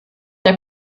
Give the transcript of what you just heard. der